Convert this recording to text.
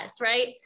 right